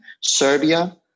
Serbia